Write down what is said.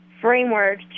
framework